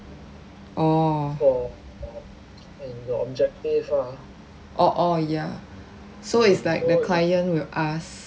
orh orh orh ya so is like the client will ask